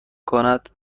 کند